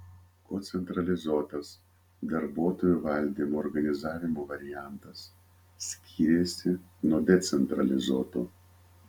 kuo centralizuotas darbuotojų valdymo organizavimo variantas skiriasi nuo decentralizuoto